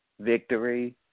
victory